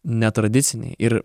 netradiciniai ir